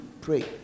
pray